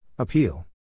Appeal